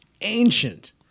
ancient